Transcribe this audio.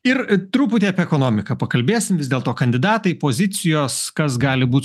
ir truputį apie ekonomiką pakalbėsim vis dėlto kandidatai pozicijos kas gali būt